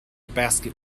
basket